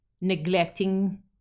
neglecting